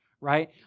right